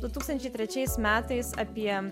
du tūkstančiai trečiais metais apie